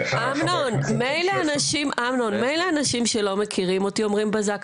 אמנון, מילא אנשים שלא מכירים אותי אומרים בזק.